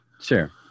Sure